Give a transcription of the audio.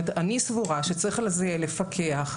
סבורה שצריך לפקח על זה.